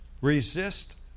Resist